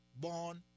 born